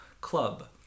club